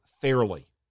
fairly